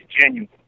genuine